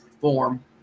form